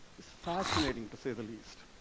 is fascinating to say the least.